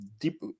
Deep